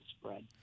spread